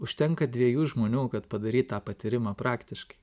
užtenka dvejų žmonių kad padaryt tą patyrimą praktiškai